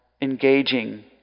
engaging